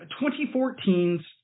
2014's